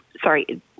Sorry